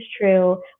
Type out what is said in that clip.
true